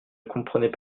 comprenaient